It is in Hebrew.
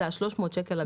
אלה ה-300 שקלים.